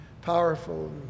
powerful